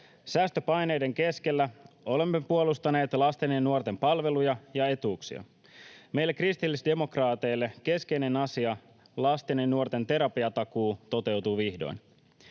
Säästöpaineiden keskellä olemme puolustaneet lasten ja nuorten palveluja ja etuuksia. Meille kristillisdemokraateille keskeinen asia, lasten ja nuorten terapiatakuu, toteutuu vihdoin.